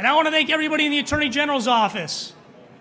and i want to thank everybody in the attorney general's office